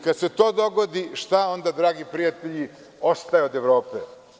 Kada se to dogodi, šta onda, dragi prijatelji, ostaje od Evrope?